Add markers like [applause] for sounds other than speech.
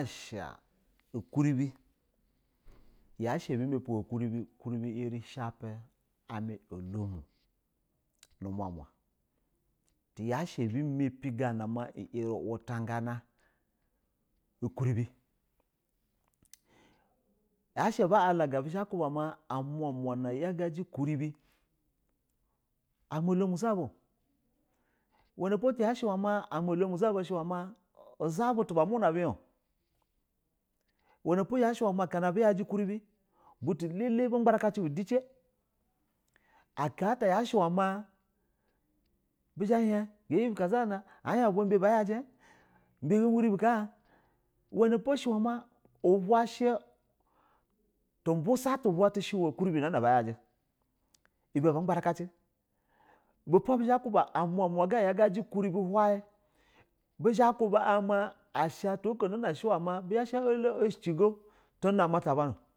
[unintelligible] Ukuribi yashi yeri shape ame olom ni [noise] nwamwa tiyashi ɛbi mepe gana ma yari wutagana ukuribi [noise] [unintelligible] yashi ame olom zaba shi iwe ma zabutu bana biya iwenepo abiyaji ukuribi butu lele bi gbara kacebi de ce, aka bi tiyashi ma zha ba hien bu iwe ma ga yabu ka zha bana iwepo shi iwa ma iba shi tubisa shi iwe ukuribi nana ba yace, iwe po gbara kace umwamwa nana yaji ukuribi hwe yaji bi zha ba kuba umwa na ga gaji ba zho ukuribi hwayi ashi atwo iko. [unintelligible]